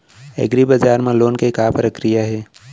एग्रीबजार मा लोन के का प्रक्रिया हे?